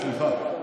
פרוש, סליחה.